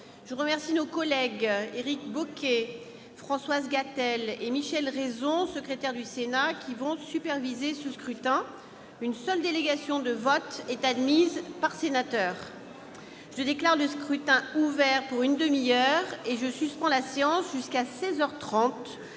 Je remercie nos collègues Éric Bocquet, Françoise Gatel et Michel Raison, secrétaires du Sénat, qui vont superviser ce scrutin. Une seule délégation de vote est admise par sénateur. Je déclare le scrutin ouvert pour une demi-heure et je suspends la séance jusqu'à seize